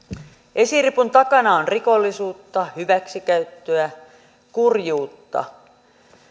esiripun takana on rikollisuutta hyväksikäyttöä kurjuutta